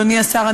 אדוני השר,